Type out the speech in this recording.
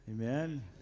Amen